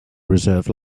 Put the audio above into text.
reserve